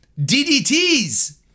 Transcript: DDTs